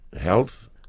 health